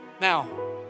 Now